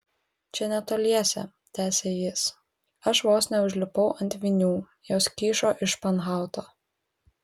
čia netoliese tęsė jis aš vos neužlipau ant vinių jos kyšo iš španhauto